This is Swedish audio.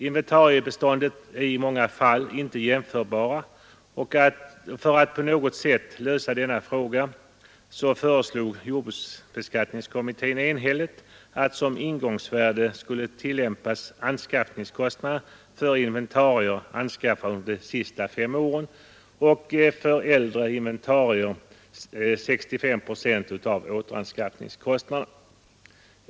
Inventariebestånden är i många fall inte jämförbara, och för att på något sätt lösa denna fråga föreslog jordbruksbeskattningskommittén enhälligt att som ingångsvärde skulle tillämpas anskaffningskostnader för inventarier anskaffade under de senaste fem åren och för äldre inventarier 65 procent av återanskaffningskostnaden.